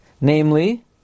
namely